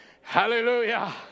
Hallelujah